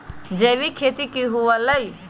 जैविक खेती की हुआ लाई?